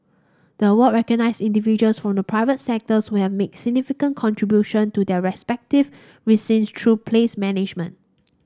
the award recognise individuals from the private sector who have made significant contribution to their respective precinct through place management